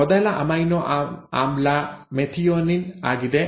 ಮೊದಲ ಅಮೈನೊ ಆಮ್ಲ ಮೆಥಿಯೋನಿನ್ ಆಗಿದೆ